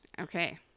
Okay